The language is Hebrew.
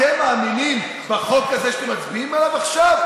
אתם מאמינים בחוק הזה שאתם מצביעים עליו עכשיו?